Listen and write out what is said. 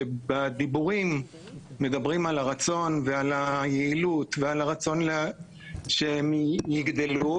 שבדיבורים מדברים על הרצון ועל היעילות ועל הרצון שהם יגדלו,